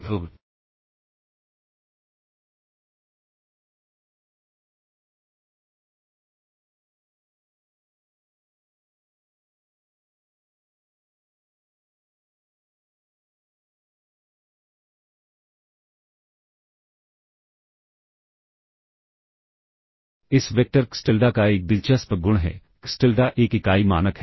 तो इस vector xTilda का एक दिलचस्प गुण है xTilda एक इकाई मानक है